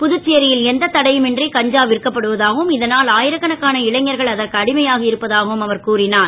புதுச்சேரியில் எந்த தடையும் இன்றி கஞ்சா விற்கப்படுவதாகவும் இதனால் ஆயிரக்கணக்கான இளைஞர்கள் அதற்கு அடிமையாகி இருப்பதாகவும் அவர் கூறினார்